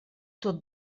tot